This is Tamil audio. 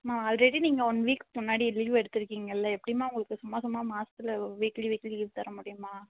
அம்மா ஆல்ரெடி நீங்கள் ஒன் வீக் முன்னாடி லீவு எடுத்திருக்கீங்கல்ல எப்படிம்மா உங்களுக்கு சும்மா சும்மா மாதத்துல வீக்லி வீக்லி லீவு தர முடியுமா